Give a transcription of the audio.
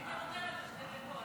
כבר היית נותן לו את שתי הדקות.